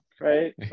right